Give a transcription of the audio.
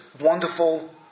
wonderful